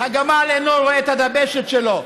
הגמל אינו רואה את הדבשת שלו.